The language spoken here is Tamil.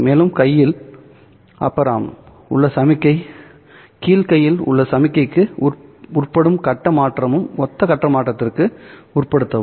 மேல் கையில் உள்ள சமிக்ஞை கீழ் கையில் உள்ள சமிக்ஞைக்கு உட்படும் கட்ட மாற்றமும் ஒத்த கட்ட மாற்றத்திற்கு உட்படுத்தவும்